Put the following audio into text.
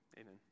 Amen